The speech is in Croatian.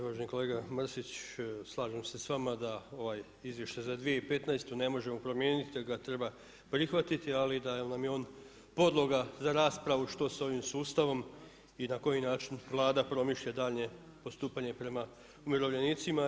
Uvaženi kolega Mrsić, slažem se sa vama da ovaj izvještaj za 2015. ne možemo promijeniti već ga treba prihvatiti, ali da nam je on podloga za raspravu što s ovim sustavom i na koji način Vlada promišlja daljnje postupanje prema umirovljenicima.